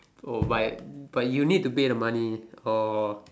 oh but but you need to pay the money or